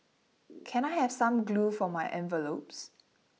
can I have some glue for my envelopes